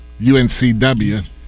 UNCW